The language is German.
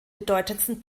bedeutendsten